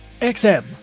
XM